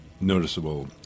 noticeable